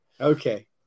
okay